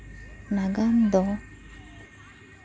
ᱱᱟᱜᱟᱢ ᱫᱚ